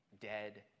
dead